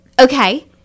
Okay